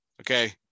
okay